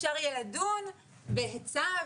אפשר יהיה לדיון בהיצע,